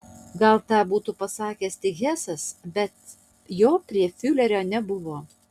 gal tą būtų pasakęs tik hesas bet jo prie fiurerio nebuvo